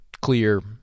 clear